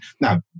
Now